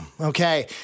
Okay